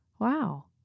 Wow